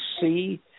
see